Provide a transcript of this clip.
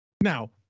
Now